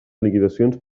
liquidacions